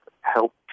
help